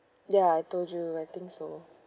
ya I told you I think so